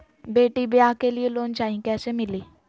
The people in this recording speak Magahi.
बेटी ब्याह के लिए लोन चाही, कैसे मिली?